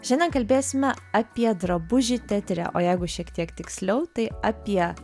šiandien kalbėsime apie drabužį teatre o jeigu šiek tiek tiksliau tai apie